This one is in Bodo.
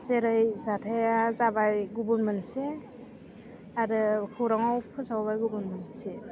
जेरै जाथाइआ जाबाय गुबुन मोनसे आरो खौराङाव फोसावबाय गुबुन मोनसे